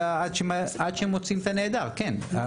עד שמוצאים את הנעדר, כן.